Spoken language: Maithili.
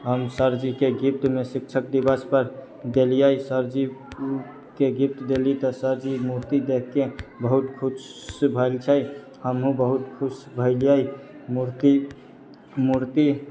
हम सरजीके गिफ्टमे शिक्षक दिवसपर देलियै सरजीके गिफ्ट देली तऽ सरजी मूर्ति देखि कऽ बहुत खुश भैल छै हमहु बहुत खुश भैलियै मूर्ति मूर्ति